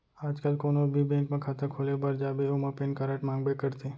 आज काल कोनों भी बेंक म खाता खोले बर जाबे ओमा पेन कारड मांगबे करथे